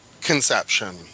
conception